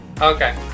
Okay